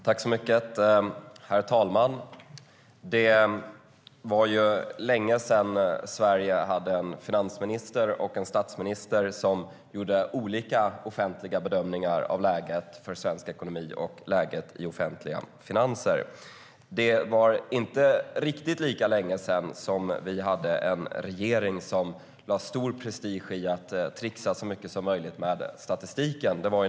Herr talman! Det var länge sedan Sverige hade en finansminister och en statsminister som gjorde olika offentliga bedömningar av läget för svensk ekonomi och läget i de offentliga finanserna. Det var inte riktigt lika länge sedan vi hade en regering som lade stor prestige i att tricksa så mycket som möjligt med statistiken.